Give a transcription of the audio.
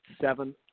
seven